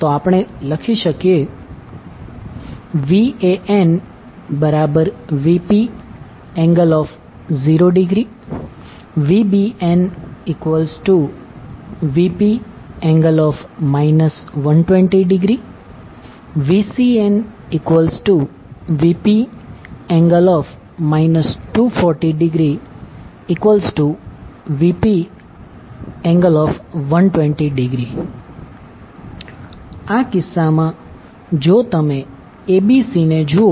તો આપણે લખી શકીએ VanVp∠0° VbnVp∠ 120° VcnVp∠ 240°Vp∠120° આ કિસ્સામાં જો તમે abc ને જુઓ